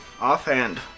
Offhand